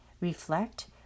reflect